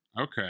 Okay